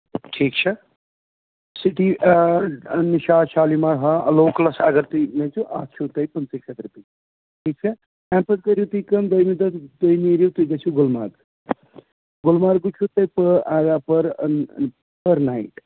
ٹھیٖک چھا سُہ دِیہِ آ نِشاط شالِمار ہا لوکٔلَس اَگر تُہۍ نٔژِیو اَتھ چھُو تۄہہِ پٕنٛژٕہ شَتھ رۄپیہِ ٹھیٖک چھا تَمہِ پَتہٕ کٔرِو تُہۍ کٲم دوٚیمہِ دۄہ تُہۍ نیٖرِیو تُہۍ گٔژھِو گُلمَرٕگ گُلمرگہِ چھُ تۅہہِ پٔر آ پٔر نایِٹ